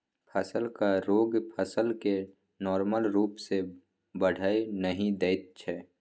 फसलक रोग फसल केँ नार्मल रुप सँ बढ़य नहि दैत छै